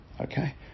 Okay